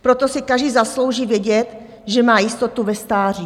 Proto si každý zaslouží vědět, že má jistotu ve stáří.